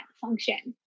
function